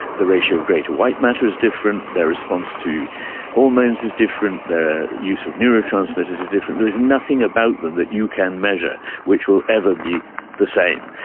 the ratio of grey to white matter is different, their response to hormones is different, their use of neurotransmitters is different, there is nothing about them that you can measure which will ever be the same.